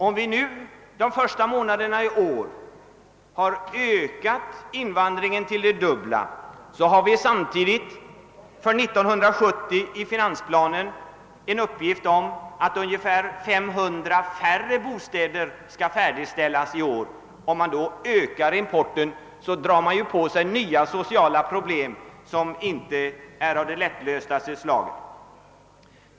Vi har under de första månaderna i år fått en fördubbling av invandringen, men samtidigt finns det i finansplanen för 1970 en uppgift om att ungefär 500 färre bostäder skall färdigställas i år. Låter man invandringen öka utan motsvarande samhällsinvestering drar man på sig nya sociala problem. De blir kanske inte av det mest lättlösta slaget.